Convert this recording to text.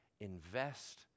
Invest